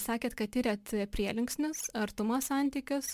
sakėt kad tyrėt prielinksnius artumo santykius